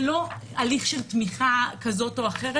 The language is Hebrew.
זה לא הליך של תמיכה כזו או אחרת.